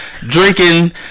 drinking